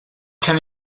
can